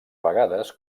vegades